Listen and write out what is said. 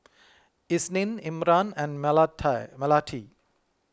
Isnin Imran and Melati